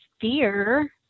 fear